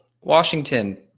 Washington